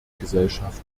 gesellschaft